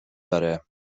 آره